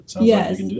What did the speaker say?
Yes